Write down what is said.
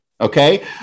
okay